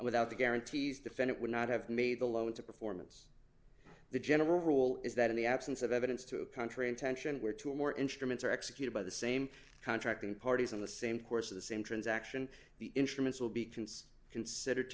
and without the guarantees defendant would not have made the loan to performance the general rule is that in the absence of evidence to a country intention where two or more instruments are executed by the same contracting parties on the same course of the same transaction the instruments will be con